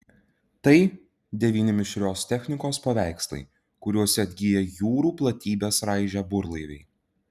tai devyni mišrios technikos paveikslai kuriose atgyja jūrų platybes raižę burlaiviai